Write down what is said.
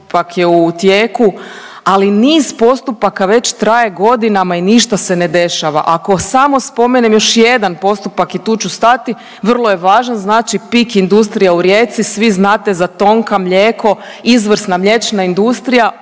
postupak je u tijeku. Ali niz postupaka već traje godinama i ništa se ne dešava. Ako samo spomenem još jedan postupak i tu ću stati vrlo je važan, znači PIK industrija u Rijeci. Svi znate za Tonka mlijeko, izvrsna mliječna industrija